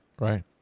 Right